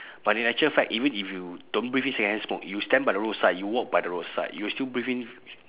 but in actual fact even if you don't breathe in secondhand smoke you stand by the road side you walk by the road side you will still breathe in